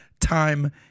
time